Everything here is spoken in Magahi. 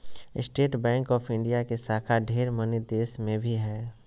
स्टेट बैंक ऑफ़ इंडिया के शाखा ढेर मनी देश मे भी हय